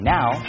Now